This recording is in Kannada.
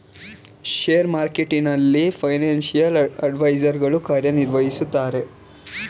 ಶೇರ್ ಮಾರ್ಕೆಟ್ನಲ್ಲಿ ಫೈನಾನ್ಸಿಯಲ್ ಅಡ್ವೈಸರ್ ಗಳು ಕಾರ್ಯ ನಿರ್ವಹಿಸುತ್ತಾರೆ